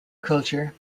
culture